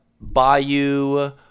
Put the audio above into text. Bayou